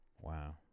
wow